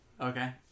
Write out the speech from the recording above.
Okay